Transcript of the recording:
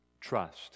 trust